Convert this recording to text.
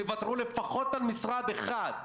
תוותרו לפחות על משרד אחד.